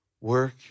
work